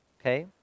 okay